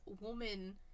woman